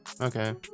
Okay